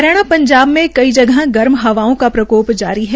हरियाणा पंजाब में कई जगह गर्म हवाओं का प्रकोप जारी है